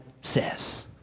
says